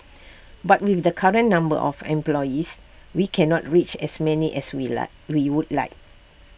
but with the current number of employees we cannot reach as many as we like we would like